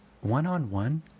one-on-one